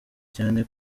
cyane